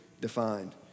defined